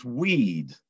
weed